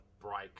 break